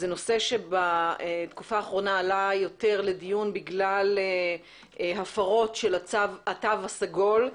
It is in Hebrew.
זה נושא שבתקופה האחרונה עלה יותר לדיון בגלל הפרות של התו הסגול.